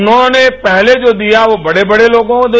उन्होंने पहल जो दिया वो बड़े बड़े लोगों को दिया